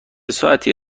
ساعتی